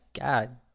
god